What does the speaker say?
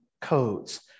codes